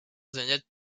занять